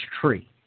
tree